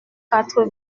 quatre